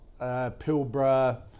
Pilbara